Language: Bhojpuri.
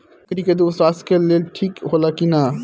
बकरी के दूध स्वास्थ्य के लेल ठीक होला कि ना?